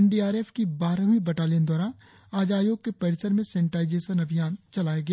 N D R F की बारहवीं battalion दवारा आज आयोग के परिसर में सेनेटाइजेशन अभियान चलाया गया